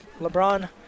LeBron